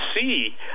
see